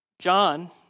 John